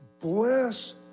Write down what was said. Bless